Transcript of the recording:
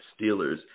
Steelers